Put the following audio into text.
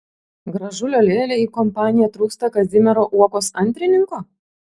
gražulio lėlei į kompaniją trūksta kazimiero uokos antrininko